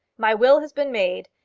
my will has been made,